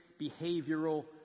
behavioral